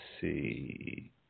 see